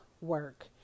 work